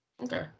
Okay